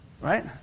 right